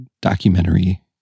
documentary